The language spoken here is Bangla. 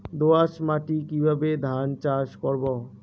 দোয়াস মাটি কিভাবে ধান চাষ করব?